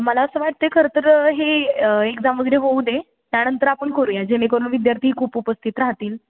मला असं वाटत आहे खरंतर ही एक्झाम वगैरे होऊ दे त्यानंतर आपण करूया जेणेकरून विद्यार्थी खूप उपस्थित राहतील